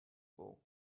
ball